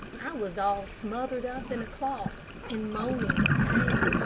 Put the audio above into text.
i was all smothered up in a cloth, and moaning with pain,